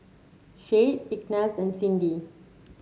Shade Ignatz and Cyndi